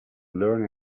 learn